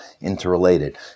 interrelated